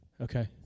Okay